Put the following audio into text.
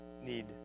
need